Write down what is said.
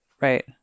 right